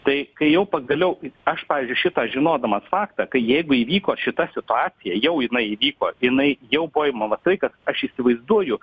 tai kai jau pagaliau aš pavyzdžiui šitą žinodamas faktą tai jeigu įvyko šita situacija jau jinai įvyko jinai jau buvo imama tai kad aš įsivaizduoju